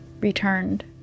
returned